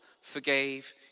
forgave